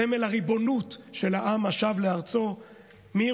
סמל הריבונות של העם השב לארצו מירושלים,